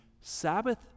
sabbath